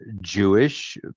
Jewish